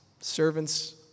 servants